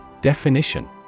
Definition